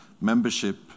Membership